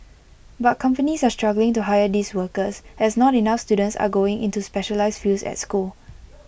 but companies are struggling to hire these workers as not enough students are going into specialised fields at school